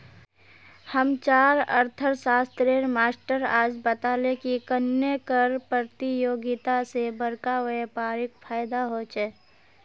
हम्चार अर्थ्शाश्त्रेर मास्टर आज बताले की कन्नेह कर परतियोगिता से बड़का व्यापारीक फायेदा होचे